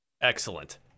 Excellent